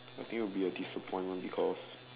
I think it will be a disappointment because